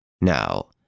Now